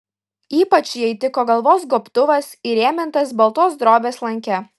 ypač jai tiko galvos gobtuvas įrėmintas baltos drobės lanke